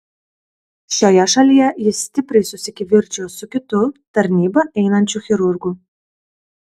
šioje šalyje jis stipriai susikivirčijo su kitu tarnybą einančiu chirurgu